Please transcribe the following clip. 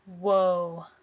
Whoa